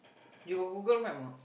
you got Google Map or not